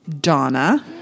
Donna